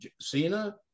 Cena